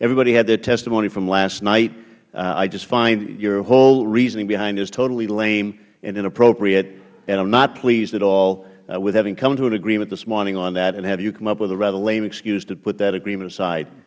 everybody had their testimony from last night i just find your whole reasoning behind this totally lame and inappropriate and i am not pleased at all with having come to an agreement this morning on that and have you come up with a rather lame excuse to put that agreement aside